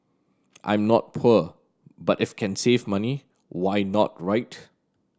I'm not poor but if can save money why not right